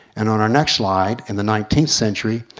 and on our next slide in the nineteenth century,